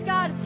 God